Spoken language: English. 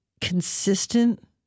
consistent